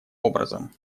образом